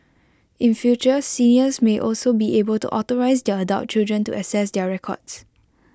in future seniors may also be able to authorise their adult children to access their records